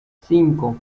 cinco